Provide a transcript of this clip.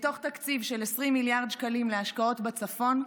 מתוך תקציב של 20 מיליארד שקלים להשקעות בצפון,